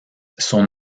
son